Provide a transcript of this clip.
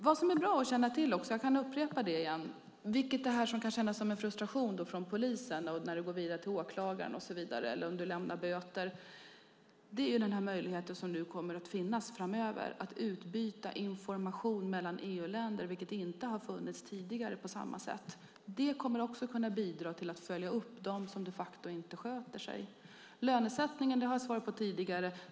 Vad som är bra att känna till - jag kan upprepa det - i fråga om det som kan kännas som en frustration för polisen när det går vidare till åklagare eller blir böter är att det framöver kommer att finnas en möjlighet att utbyta information mellan EU-länder. Det har inte funnits tidigare på samma sätt. Det kommer också att kunna bidra till att följa upp dem som de facto inte sköter sig. Lönesättningen har jag svarat om tidigare.